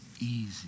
easy